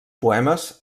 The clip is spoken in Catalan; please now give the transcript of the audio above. poemes